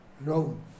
Rome